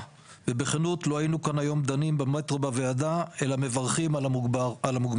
ובכנות לא היינו כאן היום דנים במטרו בוועדה אלא מברכים על המוגמר.